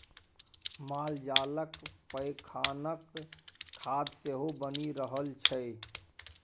मालजालक पैखानाक खाद सेहो बनि रहल छै